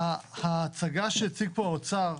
ההצגה שהציג פה האוצר,